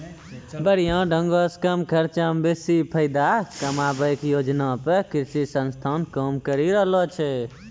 बढ़िया ढंगो से कम खर्चा मे बेसी फायदा कमाबै के योजना पे कृषि संस्थान काम करि रहलो छै